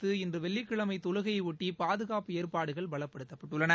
நடைபெற்றுவரும் இன்றுவெள்ளிக்கிழமைதொழுகையையொட்டிபாதுகாப்பு ஏற்பாடுகள் பலப்படுத்தப்பட்டுள்ளன